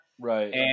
Right